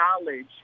knowledge—